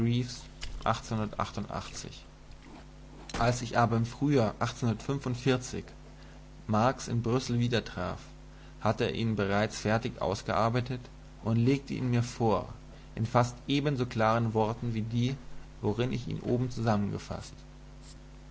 als ich aber im frühjahr marx in brüssel wiedertraf hatte er ihn fertig ausgearbeitet und legte ihn mir vor in fast ebenso klaren worten wie die worin ich ihn oben zusammengefaßt